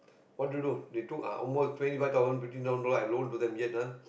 what to do they took a~ almost twenty five thousand fifteen thousand dollar I loan to them yet ah